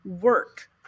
Work